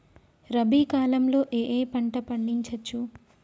రబీ కాలంలో ఏ ఏ పంట పండించచ్చు?